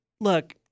look